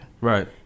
right